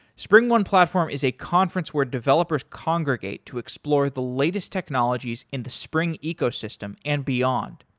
springone platform is a conference where developers congregate to explore the latest technologies in the spring ecosystem and beyond.